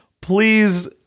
please